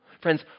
Friends